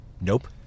Nope